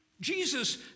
Jesus